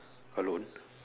alone